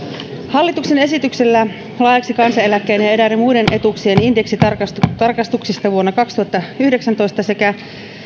hallituksen esityksellä laeiksi kansaneläkkeen ja eräiden muiden etuuksien indeksitarkistuksista vuonna kaksituhattayhdeksäntoista sekä